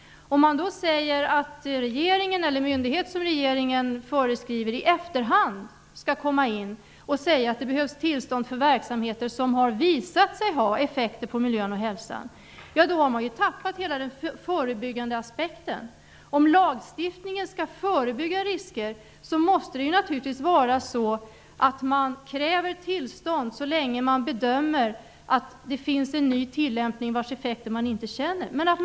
Om regeringen eller myndighet som regeringen föreskriver i efterhand skall komma in och säga att det behövs tillstånd för verksamheter som har visat sig ha effekter på miljön och hälsan, har hela den förebyggande aspekten gått förlorad. Om lagstiftningen skall förebygga risker måste det naturligtvis vara så, att man kräver tillstånd så länge man bedömer att man inte känner till effekterna av en ny tillämpning.